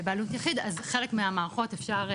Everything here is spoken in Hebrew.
בבעלות יחיד אז חלק מהמערות אפשר,